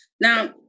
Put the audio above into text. Now